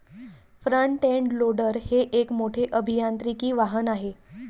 front end loader हे एक मोठे अभियांत्रिकी वाहन आहे